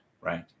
right